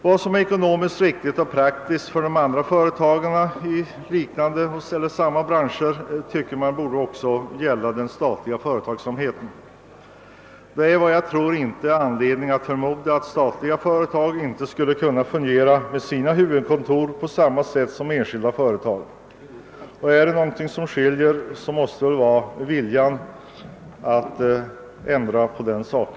Vad som är ekonomiskt riktigt och praktiskt för andra företag i samma bransch borde väl vara det även för den statliga företagsamheten. Jag tror inte att det finns någon anledning förmoda att de statliga företagen inte i detta avseende skulle kunna fungera på samma sätt som enskilda företag. Om det är någonting som skiljer så måste det vara viljan att ändra på denna sak.